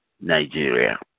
Nigeria